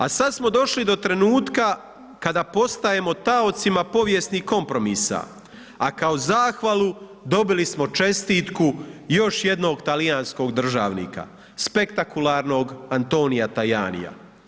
A sad smo došli do trenutka kada postajemo taocima povijesnih kompromisa, a kao zahvalu dobili smo čestitku još jednog talijanskog državnika, spektakularnog Antonia Tajania.